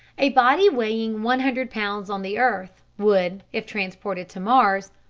a body weighing one hundred pounds on the earth would, if transported to mars,